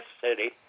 city